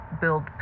build